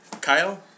Kyle